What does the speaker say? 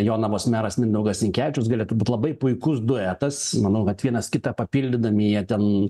jonavos meras mindaugas sinkevičius galėtų būt labai puikus duetas manau kad vienas kitą papildydami jie ten